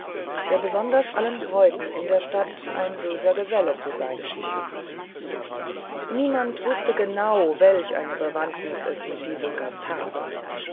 der besonders allen bräuten in der stadt ein böser gesell zu sein schien niemand wußte genau welch eine bewandtnis es mit diesem gast habe